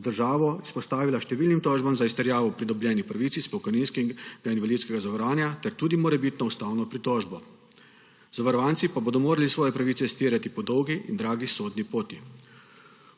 bo državo izpostavila številnim tožbam za izterjavo pridobljenih pravic iz pokojninskega in invalidskega zavarovanja ter tudi morebitno ustavno pritožbo, zavarovanci pa bodo morali svoje pravice izterjati po dolgi in dragi sodni poti.